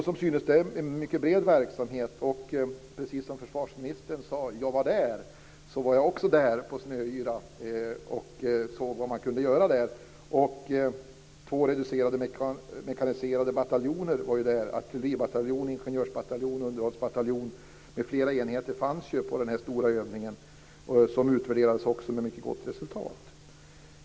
Som synes är det en mycket bred verksamhet, och precis som försvarsministern sade: Jag var där, kan jag också säga: Jag var där, på Snöyra, och såg vad man kunde göra. Två reducerade mekaniserade bataljoner var där. Artilleribataljon, ingenjörsbataljon, underhållsbataljon, m.fl. enheter fanns på denna stora övning som utvärderades med mycket gott resultat.